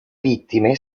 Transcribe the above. vittime